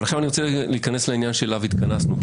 אבל אני רוצה להתכנס לעניין שלגביו התכנסנו.